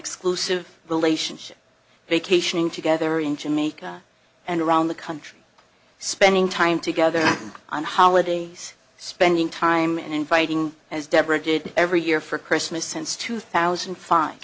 exclusive relationship vacationing together in jamaica and around the country spending time together on holidays spending time and inviting as deborah did every year for christmas since two thousand and fi